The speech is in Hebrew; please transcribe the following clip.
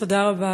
תודה רבה,